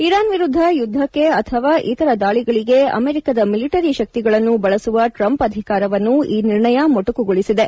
Iran ವಿರುದ್ಧ ಯುದ್ಧಕ್ಕೆ ಅಥವಾ ಇತರ ದಾಳಿಗಳಿಗೆ ಅಮೆರಿಕದ ಮಿಲಿಟರಿ ಶಕ್ತಿಗಳನ್ನು ಬಳಸುವ ಟ್ರಂಪ್ ಅಧಿಕಾರವನ್ನು ಈ ನಿರ್ಣಯ ಮೊಟಕುಗೊಳಿಸಿದೆ